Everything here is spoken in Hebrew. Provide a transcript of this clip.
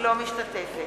אינה משתתפת